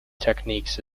techniques